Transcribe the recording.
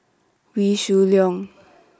Wee Shoo Leong